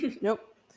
Nope